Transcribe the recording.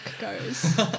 goes